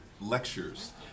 lectures